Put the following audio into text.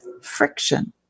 friction